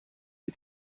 wir